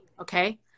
okay